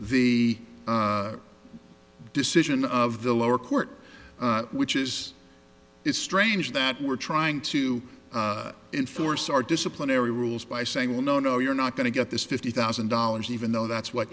the decision of the lower court which is it's strange that we're trying to enforce our disciplinary rules by saying no no no you're not going to get this fifty thousand dollars even though that's what